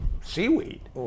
seaweed